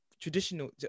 traditional